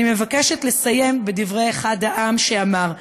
אני מבקשת לסיים בדברי אחד העם שאמר: